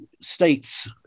states